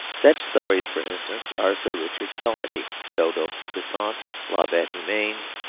such stories, for instance, are sir richard calmady, dodo, quisante, la bete humaine,